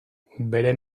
bere